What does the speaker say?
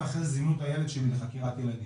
ואחרי זה זימנו את הילד שלי לחקירת ילדים.